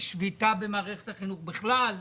יש שביתה במערכת החינוך בכלל,